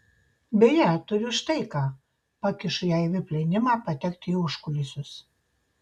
beje turiu štai ką pakišu jai vip leidimą patekti į užkulisius